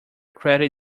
credit